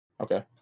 Okay